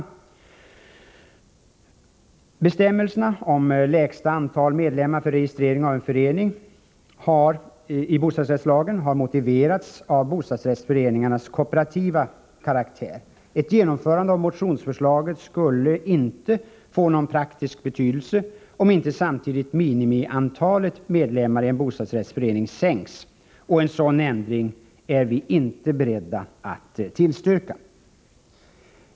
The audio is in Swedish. Bostadsrättslagens bestämmelser om lägsta antalet medlemmar för registrering av en förening har motiverats av bostadsrättsföreningarnas kooperativa karaktär. Ett genomförande av motionsförslaget skulle inte få någon praktisk betydelse om inte samtidigt minimiantalet medlemmar i en bostadsrättsförening sänks, och någonting sådant är vi inte beredda att tillstyrka.